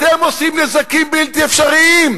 אתם עושים נזקים בלתי אפשריים.